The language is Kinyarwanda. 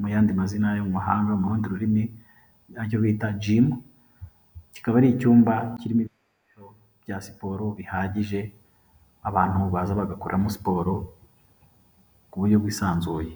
mu yandi mazina y' amahanga mu rundi rurimi aricyo bita jimu kikaba ari icyumba kirimo ibikoresho bya siporo bihagije abantu baza bagakoremo siporo ku buryo bwisanzuye.